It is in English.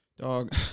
dog